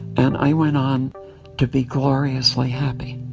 and i went on to be gloriously happy.